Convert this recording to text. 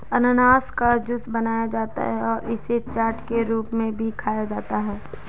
अनन्नास का जूस बनाया जाता है और इसे चाट के रूप में भी खाया जाता है